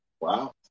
Wow